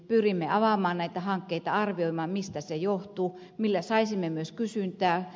pyrimme avaamaan näitä hankkeita arvioimaan mistä se johtuu millä saisimme myös kysyntää